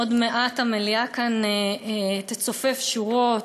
עוד מעט המליאה כאן תצופף שורות,